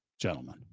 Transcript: Gentlemen